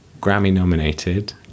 Grammy-nominated